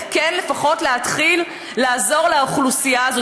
כן לפחות להתחיל לעזור לאוכלוסייה הזו.